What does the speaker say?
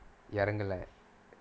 இறங்களை:irangalai